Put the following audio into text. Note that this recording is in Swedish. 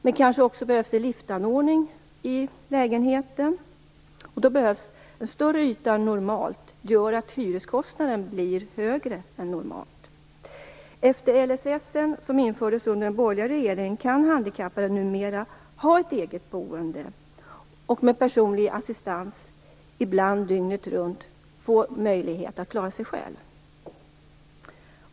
Det kanske också behövs en lyftanordning i lägenheten, och då behövs en större yta än normalt. Det gör att hyreskostnaden blir högre än normalt. Efter det att LSS infördes under den borgerliga regeringen kan handikappade numera ha ett eget boende och med personlig assistans, ibland dygnet runt, få möjlighet att klara sig själv.